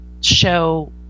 show